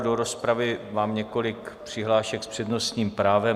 Do rozpravy mám několik přihlášek s přednostním právem.